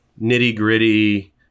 nitty-gritty